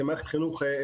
כמערכת חינוך,